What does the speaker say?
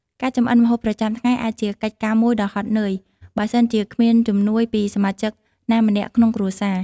ការចម្អិនម្ហូបប្រចាំថ្ងៃអាចជាកិច្ចការមួយដ៏ហត់នឿយ បើសិនជាគ្មានជំនួយពីសមាជិកណាម្នាក់ក្នុងគ្រួសារ។